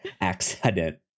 accident